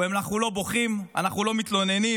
אנחנו לא בוכים, אנחנו לא מתלוננים,